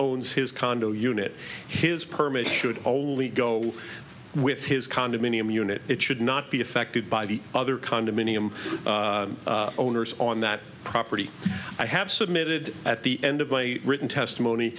owns his condo unit his permit should only go with his condominium unit it should not be affected by the other condominium owners on that property i have submitted at the end of my written testimony